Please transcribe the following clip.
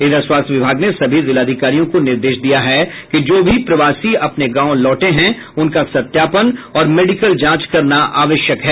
इधर स्वास्थ्य विभाग ने सभी जिलाधिकारियों को निर्देश दिया है कि जो भी प्रवासी अपने गांव लौटे हैं उनका सत्यापन और मेडिकल जांच करना आवश्यक है